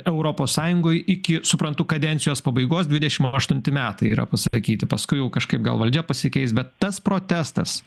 europos sąjungoj iki suprantu kadencijos pabaigos dvidešim aštunti metai yra pasakyti paskui jau kažkaip gal valdžia pasikeis bet tas protestas